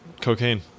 cocaine